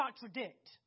contradict